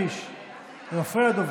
אתה מפריע לדובר.